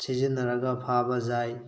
ꯁꯤꯖꯤꯟꯅꯔꯒ ꯐꯥꯕ ꯌꯥꯏ